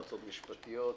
היועצות המשפטיות,